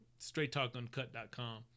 straighttalkuncut.com